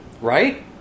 Right